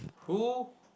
who